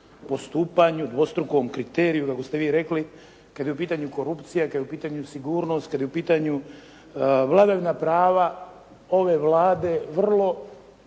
postupanju, dvostrukom kriteriju kako ste vi rekli, kad je u pitanju korupcija, kad je u pitanju sigurnost, kad je u pitanju vladavina prava ove Vlade vrlo